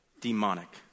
demonic